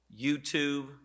YouTube